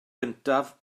gyntaf